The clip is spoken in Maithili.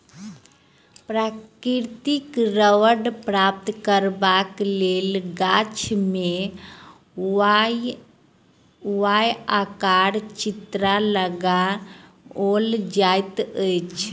प्राकृतिक रबड़ प्राप्त करबाक लेल गाछ मे वाए आकारक चिड़ा लगाओल जाइत अछि